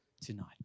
tonight